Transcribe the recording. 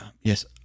Yes